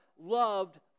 loved